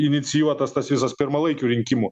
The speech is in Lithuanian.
inicijuotas tas visas pirmalaikių rinkimų